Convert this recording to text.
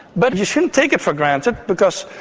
but you shouldn't take it for granted because,